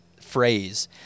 phrase